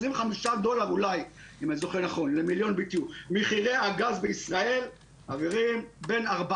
25 דולר אולי למיליון BTU. מחירי הגז בישראל בין 4